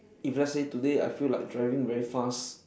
if let's say today I feel like driving very fast